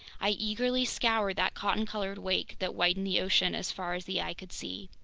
i eagerly scoured that cotton-colored wake that whitened the ocean as far as the eye could see!